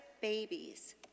babies